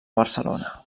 barcelona